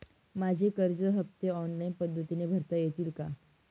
माझे कर्ज हफ्ते ऑनलाईन पद्धतीने भरता येतील का?